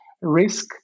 risk